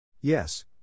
Yes